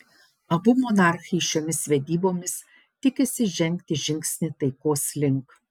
abu monarchai šiomis vedybomis tikisi žengti žingsnį taikos link